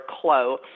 Clo